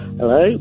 Hello